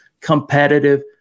competitive